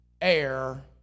air